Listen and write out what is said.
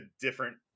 different